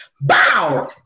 Bow